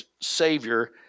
Savior